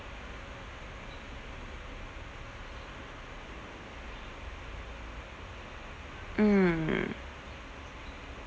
mm